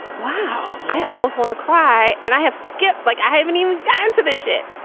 wow, i almost want to cry. and i have skipped like i haven't even got into this shit.